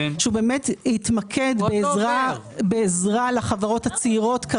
שיתמקד בעזרה לחברות הצעירות.